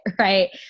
right